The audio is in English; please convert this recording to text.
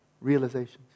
realizations